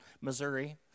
Missouri